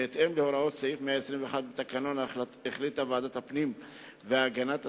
בהתאם להוראות סעיף 121 לתקנון החליטה ועדת הפנים והגנת הסביבה,